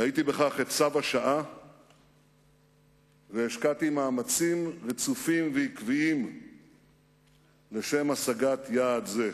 ראיתי בכך את צו השעה והשקעתי מאמצים רצופים ועקביים לשם השגת יעד זה.